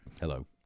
hello